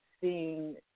seeing